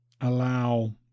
allow